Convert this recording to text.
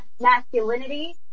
masculinity